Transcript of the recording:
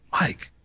Mike